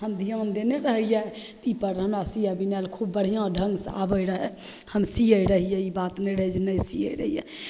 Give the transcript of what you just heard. हम धिआन देने रहिए ई पर हमरा सिए बिनैले खूब बढ़िआँ ढङ्गसे आबै रहै हम सिए रहिए ई बात नहि रहै जे नहि सिए रहिए